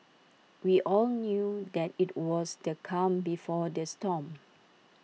we all knew that IT was the calm before the storm